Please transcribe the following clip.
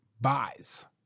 buys